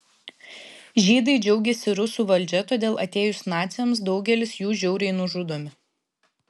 žydai džiaugiasi rusų valdžia todėl atėjus naciams daugelis jų žiauriai nužudomi